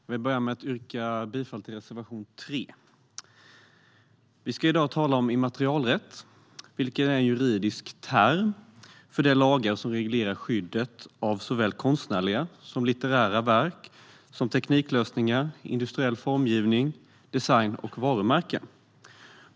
Herr talman! Jag vill börja med att yrka bifall till reservation 3. Vi ska i dag tala om immaterialrätt, vilket är en juridisk term för de lagar som reglerar skyddet av konstnärliga och litterära verk, tekniklösningar, industriell formgivning, design och varumärken.